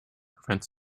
prevent